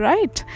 Right